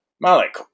Malik